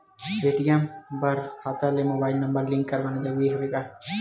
ATM बर खाता ले मुबाइल नम्बर लिंक करवाना ज़रूरी हवय का?